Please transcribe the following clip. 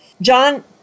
John